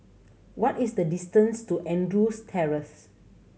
what is the distance to Andrews Terrace